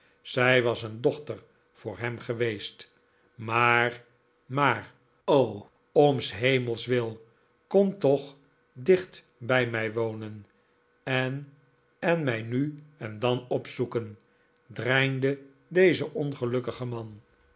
zij was een dochter voor hem geweest maar maar o om shemels wil kom toch dicht bij mij wonen en en mij nu en dan opzoeken dreinde deze ongelukkige man